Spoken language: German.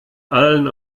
allen